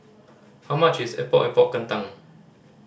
how much is Epok Epok Kentang